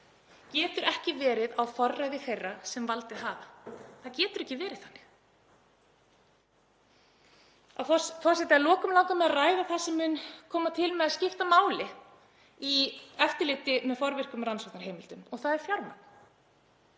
getur ekki verið á forræði þeirra sem valdið hafa. Það getur ekki verið þannig. Forseti. Að lokum langar mig að ræða það sem mun koma til með að skipta máli í eftirliti með forvirkum rannsóknarheimildum og það er fjármagn.